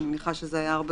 אני מניחה שזה היה הרבה